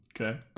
Okay